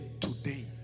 Today